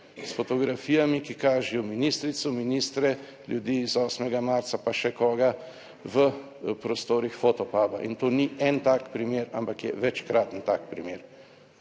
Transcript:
s fotografijami, ki kažejo ministrico, ministre, ljudi iz 8. marca, pa še koga v prostorih Fotopuba. In to ni en tak primer, ampak je večkraten tak primer.